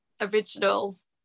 originals